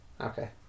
Okay